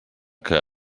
que